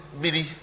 mini